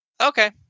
okay